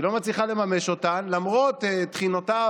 היא לא מצליחה לממש אותן למרות תחינותיו